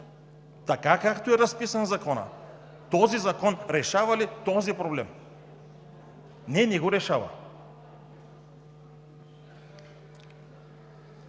Така както е разписан Законът, този закон решава ли този проблем? Не, не го решава!